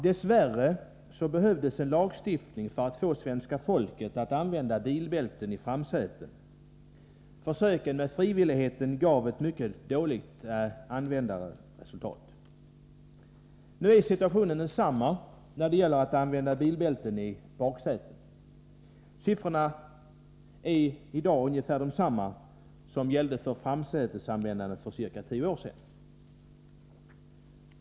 Dess värre behövdes det en lagstiftning för att få svenska folket att använda bilbälte i framsätet. Försöken med frivillighet gav ett mycket dåligt resultat när det gäller användningen. Nu är situationen densamma när det gäller att använda bilbälte i baksätet. Siffrorna är i dag ungefär desamma som gällde för framsätesanvändandet för ca tio år sedan.